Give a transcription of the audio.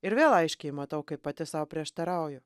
ir vėl aiškiai matau kaip pati sau prieštarauju